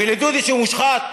ולדודי שהוא מושחת.